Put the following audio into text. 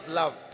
love